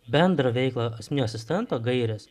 bendrą veiklą asmeninio asistento gairės